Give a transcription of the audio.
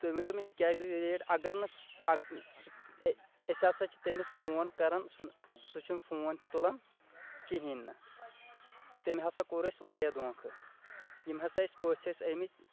تُہۍ ؤنۍ تو مےٚ یہِ کیازِ گٔیے لِیٹ اگر نہٕ سُہ أسۍ ہَسا چھِ تٔمِس فون کَران سُہ چھِنہٕ فون تہِ تُلَان کِہینہٕ تٔمۍ ہَسا کوٚر اَسِہ واریاہ دھوکہٕ یِم ہَسا اَسِہ پٔژھ ٲسۍ ٲمِتۍ